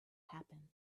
happen